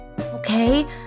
Okay